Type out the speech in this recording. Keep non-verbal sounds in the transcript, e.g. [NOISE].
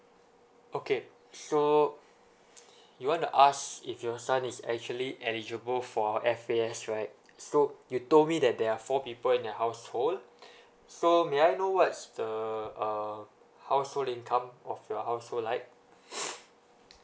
okay so you want to ask if your son is actually eligible for F_A_S right so you told me that there are four people in the household so may I know what's the uh household income of your household like [NOISE]